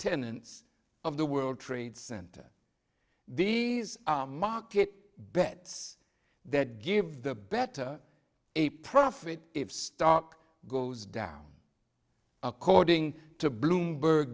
tenants of the world trade center these are market bets that give the better a profit if stock goes down according to bloomberg